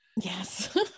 yes